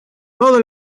todo